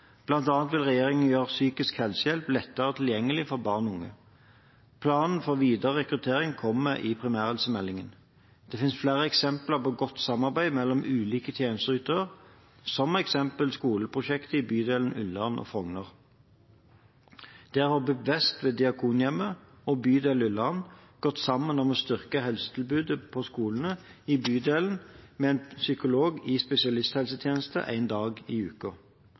vil regjeringen gjøre psykisk helsehjelp lettere tilgjengelig for barn og unge. Planen for videre rekruttering kommer i primærhelsemeldingen. Det fins flere eksempler på godt samarbeid mellom ulike tjenesteytere, som skoleprosjektet i bydelene Ullern og Frogner. Der har BUP Vest ved Diakonhjemmet og bydel Ullern gått sammen om å styrke helsetilbudet på skolene i bydelen med en psykolog i spesialisthelsetjenesten én dag i